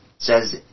says